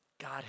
God